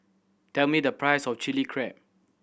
tell me the price of Chili Crab